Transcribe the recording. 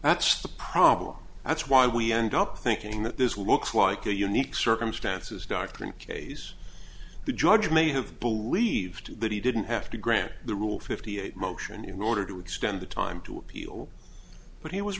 that's the problem that's why we end up thinking that this looks like a unique circumstances darkening case the judge may have believed that he didn't have to grant the rule fifty eight motion in order to extend the time to appeal but he was